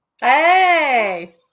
Hey